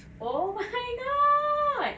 oh my god